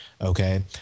okay